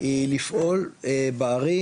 היא לפעול בערים,